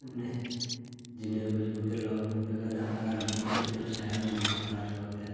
जिन्ने बी बूह्टे लाओ बूह्टें कन्नै हरियाली बी शैल होंदी चार चबक्खै